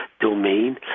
domain